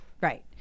Right